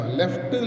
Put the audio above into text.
left